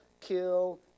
kill